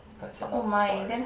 cause you're not sorry